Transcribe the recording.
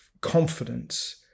confidence